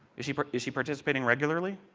is she but is she participating regularly?